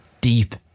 deep